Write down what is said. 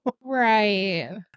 Right